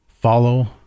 Follow